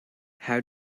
how